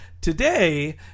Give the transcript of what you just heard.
today